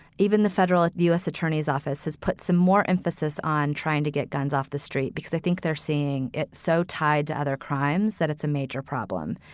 even the federal at the u s. attorney's office, has put some more emphasis on trying to get guns off the street because they think they're seeing it so tied to other crimes that it's a major problem.